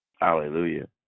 Hallelujah